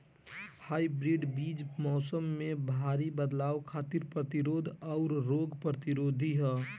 hybrid बीज मौसम में भारी बदलाव खातिर प्रतिरोधी आउर रोग प्रतिरोधी ह